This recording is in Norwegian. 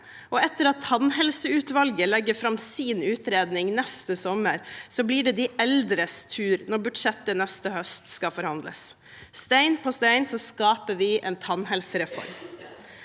og etter at tannhelseutvalget legger fram sin utredning neste sommer, blir det de eldres tur, når budsjettet neste høst skal forhandles. Stein på stein skaper vi en tannhelsereform.